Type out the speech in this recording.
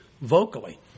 vocally